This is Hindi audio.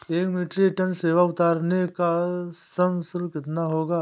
एक मीट्रिक टन सेव उतारने का श्रम शुल्क कितना होगा?